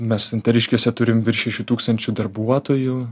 mes santariškėse turim virš šešių tūkstančių darbuotojų